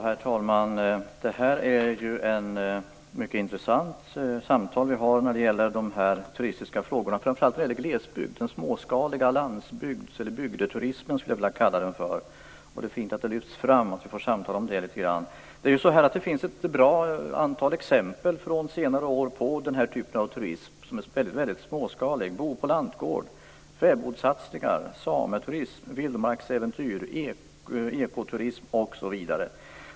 Herr talman! Det är ett mycket intressant samtal vi för om de turistiska frågorna, framför allt när det gäller glesbygden och den småskaliga landsbygden. Jag skulle vilja kalla den för bygdeturismen. Det är fint att detta lyfts fram och att vi kan föra ett samtal om det. Det finns ett antal bra exempel från senare år på den här typen av småskalig turism. Man kan bo på lantgård, det finns fäbodssatsningar, sameturism, vildmarksäventyr, ekoturism osv.